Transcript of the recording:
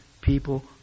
people